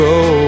go